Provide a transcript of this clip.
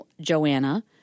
Joanna